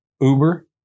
Uber